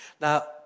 Now